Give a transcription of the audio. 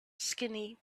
skinny